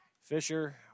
Fisher